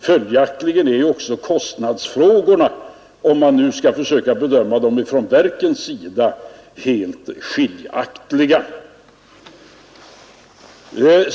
Följaktligen är också kostnadsfrågorna, om man nu skall försöka bedöma dem ifrån verkens sida, helt skiljaktiga.